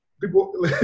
people